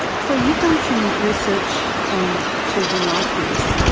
so you've done some research on children like this,